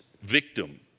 victim